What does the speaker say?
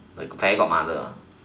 fairy godmother